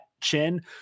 chin